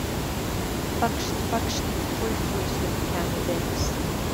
pakšt pakšt fui fui sukikeno denis